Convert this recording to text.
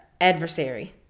adversary